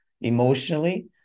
emotionally